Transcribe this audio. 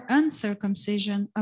uncircumcision